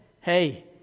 hey